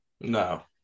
no